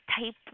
type